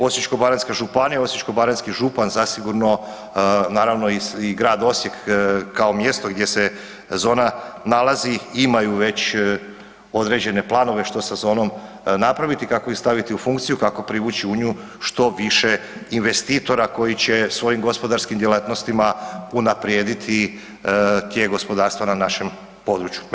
Osječko baranjska županija, osječko-baranjski župan zasigurno naravno, i grad Osijek kao mjesto gdje se zona nalazi, imaju već određene planove, što sa zonom napraviti, kako ih staviti u funkciju, kako privući u nju što više investitora koji će svojim gospodarskim djelatnostima unaprijediti tijek gospodarstva na našem području.